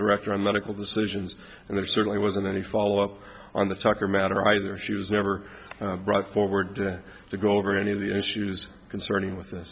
director on medical decisions and there certainly wasn't any follow up on the tucker matter either she was never brought forward to to go over any of the issues concerning with